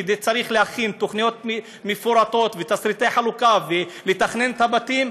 כי צריך להכין תוכניות מפורטות ותשריטי חלוקה ולתכנן את הבתים,